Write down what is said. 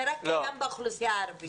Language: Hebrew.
זה רק קיים באוכלוסייה הערבית,